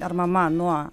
ar mama nuo